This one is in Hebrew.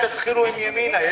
תתחילו עם ימינה.